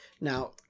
Now